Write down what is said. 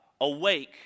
awake